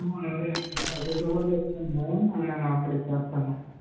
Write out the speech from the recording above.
అదే సరుకులుతో పాటు తెచ్చేయండి నేను అక్కడ ఇచ్చేస్తాను